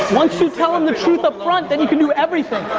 once you tell him the truth up front, then you can do everything,